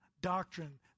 doctrine